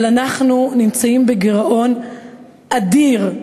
אבל אנחנו נמצאים בגירעון אדיר,